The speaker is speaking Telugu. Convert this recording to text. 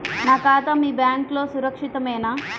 నా ఖాతా మీ బ్యాంక్లో సురక్షితమేనా?